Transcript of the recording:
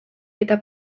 eta